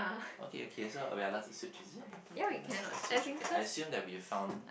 okay okay so we are allowed to switch is it okay okay let's let's switch okay I assume we found